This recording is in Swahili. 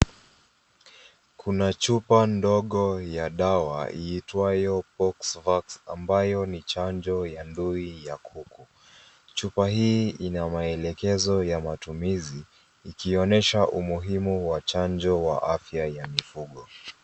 Kuna chupa ndogo ya dawa iitwayo Poxvax ambayo ni chanjo ya ndui ya kuku. Chupa hii ina maelekezo ya matumizi, ikionyesha umuhimu wa chanjo ya mifugo.